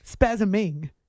Spasming